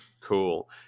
cool